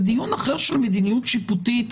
זה דיון אחר על מדיניות שיפוטית.